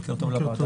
בוקר טוב לוועדה.